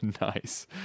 nice